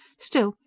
still,